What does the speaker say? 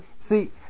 See